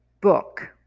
book